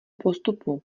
postupů